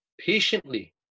patiently